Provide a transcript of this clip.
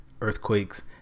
earthquakes